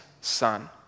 son